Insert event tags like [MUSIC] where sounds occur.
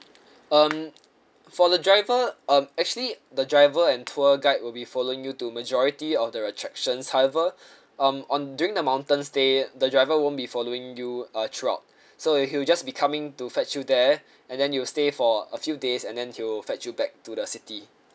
um for the driver um actually the driver and tour guide will be following you to majority of the attractions however [BREATH] um on during the mountain stay the driver won't be following you uh throughout [BREATH] so he will just be coming to fetch you there and then you'll stay for a few days and then he will fetch you back to the city